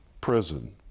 prison